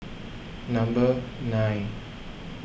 number nine